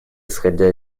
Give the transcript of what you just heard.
исходя